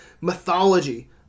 mythology